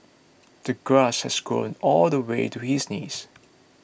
the grass had grown all the way to his knees